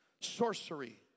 sorcery